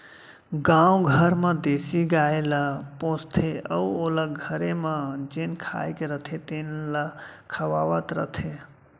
गाँव घर म देसी गाय ल पोसथें अउ ओला घरे म जेन खाए के रथे तेन ल खवावत रथें